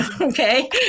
okay